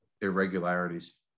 irregularities